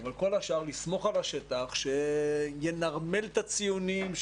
אבל כל השאר לסמוך על השטח שינרמל את הציונים.